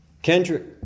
Kendrick